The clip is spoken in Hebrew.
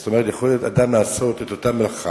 זאת אומרת, יכול אדם לעשות את אותה מלאכה,